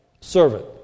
servant